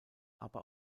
aber